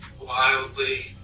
wildly